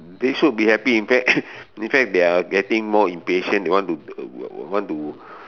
they should be happy in fact in fact they are getting more impatient they want to want to